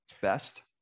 best